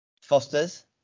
fosters